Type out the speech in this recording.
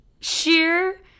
sheer